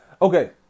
Okay